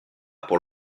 pour